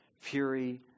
fury